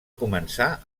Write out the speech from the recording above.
començar